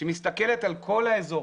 שמסתכלת על כל האזור,